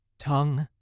tongue,